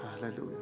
Hallelujah